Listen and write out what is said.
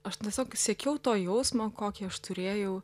aš tiesiog siekiau to jausmo kokį aš turėjau